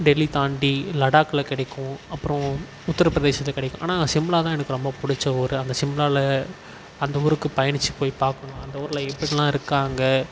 டெல்லி தாண்டி லடாக்கில் கிடைக்கும் அப்புறம் உத்திரப்பிரதேசத்தில் கிடைக்கும் ஆனால் சிம்லா தான் எனக்கு ரொம்ப பிடிச்ச ஊர் அந்த சிம்லாவில் அந்த ஊருக்கு பயணித்து போய் பார்க்கணும் அந்த ஊரில் எப்படிலாம் இருக்காங்க